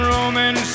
Roman